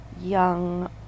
young